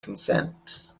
consent